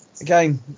Again